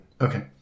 Okay